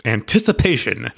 Anticipation